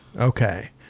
Okay